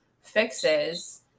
fixes